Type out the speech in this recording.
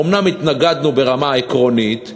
אומנם התנגדנו ברמה עקרונית,